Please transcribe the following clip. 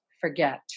forget